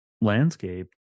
landscape